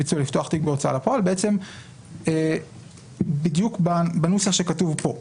בהוצאה לפועל בדיוק כפי שכתוב בנוסח פה,